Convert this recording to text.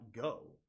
go